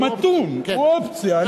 חוק מתון, הוא אופציה.